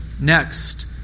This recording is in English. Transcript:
Next